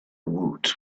woot